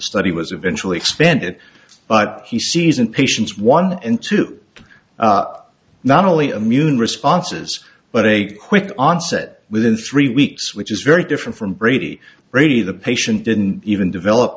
study was eventually expanded but he sees in patients one in two not only immune responses but a quick onset within three weeks which is very different from brady brady the patient didn't even develop